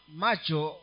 macho